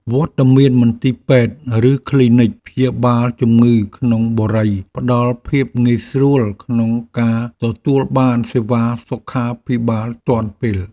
វត្តមានមន្ទីរពេទ្យឬគ្លីនិកព្យាបាលជំងឺក្នុងបុរីផ្តល់ភាពងាយស្រួលក្នុងការទទួលបានសេវាសុខាភិបាលទាន់ពេល។